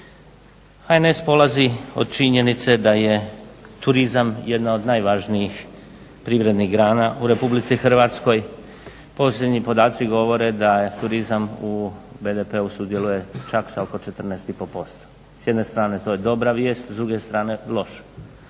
HNS polazi od činjenice da je turizam jedna od najvažnijih privrednih grana u Republici Hrvatskoj. Posljednji podaci govore da je turizam u BDP-u sudjeluje čak sa oko 14 i pol posto. S jedne strane to je dobra vijest, s druge strane loša.